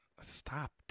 Stop